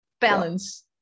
Balance